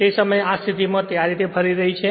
તે સમયે આ સ્થિતિ માં તે આ રીતે ફરી રહી છે